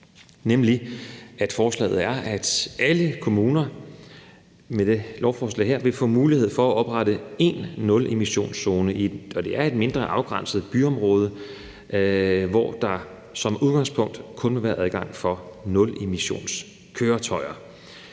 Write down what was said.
helt lokalt, nemlig at alle kommuner med forslaget her vil få mulighed for at oprette én nulemissionszone inden for et mindre, afgrænset byområde, hvor der som udgangspunkt kun vil være adgang for nulemissionskøretøjer.